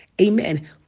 Amen